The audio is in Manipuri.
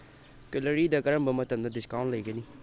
ꯀꯠꯂꯔꯤꯗ ꯀꯔꯝꯕ ꯃꯇꯝꯗ ꯗꯤꯁꯀꯥꯎꯟ ꯂꯩꯒꯅꯤ